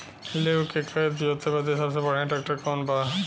लेव के खेत जोते बदे सबसे बढ़ियां ट्रैक्टर कवन बा?